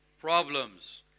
problems